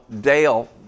Dale